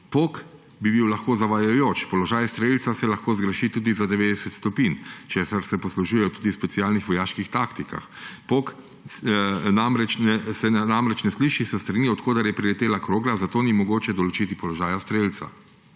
Pok bi bil lahko zavajajoč, položaj strelca se lahko zgreši tudi za 90 stopinj, česar se poslužujejo tudi v specialnih vojaških taktikah. Pok se namreč ne sliši s strani, od koder je priletela krogla, zato ni mogoče določiti položaja strelca.